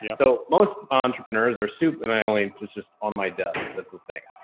yeah so most entrepreneurs are soup and i only just, just on my desk, that's the thing.